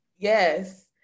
yes